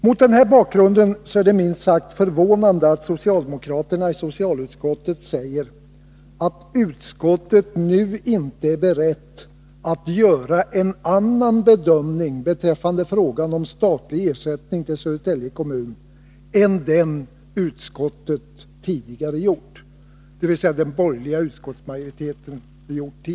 Mot den bakgrunden är det minst sagt förvånande att socialdemokraterna i socialutskottet säger att man inte är beredd att göra en annan bedömning beträffande frågan om statlig ersättning till Södertälje kommun än den som utskottet tidigare gjort — dvs. den tidigare borgerliga utskottsmajoriteten.